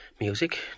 Music